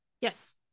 yes